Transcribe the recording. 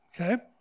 Okay